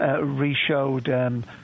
re-showed